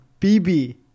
BB